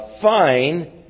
fine